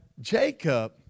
Jacob